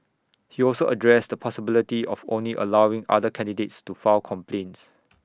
he also addressed the possibility of only allowing other candidates to file complaints